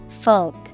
Folk